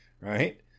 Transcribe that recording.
Right